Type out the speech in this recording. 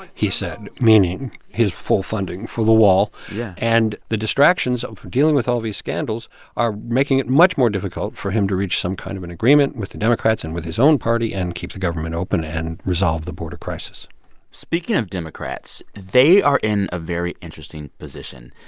he said, meaning his full funding for the wall yeah and the distractions um of dealing with all these scandals are making it much more difficult for him to reach some kind of an agreement with the democrats and with his own party and keep the government open and resolve the border crisis speaking of democrats, they are in a very interesting position.